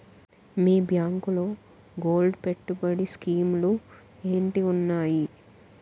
మీ బ్యాంకులో గోల్డ్ పెట్టుబడి స్కీం లు ఏంటి వున్నాయి?